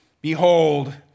behold